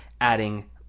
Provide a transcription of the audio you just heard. adding